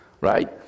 right